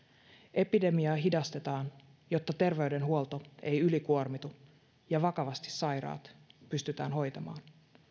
epidemiaa hidastetaan jotta terveydenhuolto ei ylikuormitu ja vakavasti sairaat pystytään hoitamaan